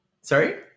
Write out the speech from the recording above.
Sorry